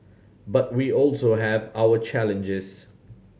but we also have our challenges